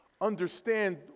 understand